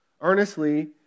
Earnestly